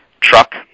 truck